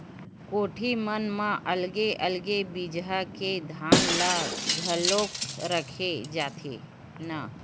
कोठी मन म अलगे अलगे बिजहा के धान ल घलोक राखे जाथेन